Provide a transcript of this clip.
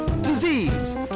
disease